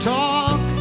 talk